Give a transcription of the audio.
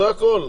זה הכול,